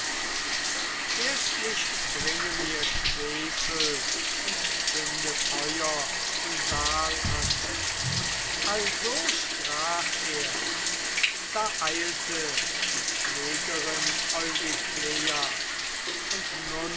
erstlich bringe mir schwefel und zünde feuer im saal an also sprach er da eilte die pflegerin eurykleia und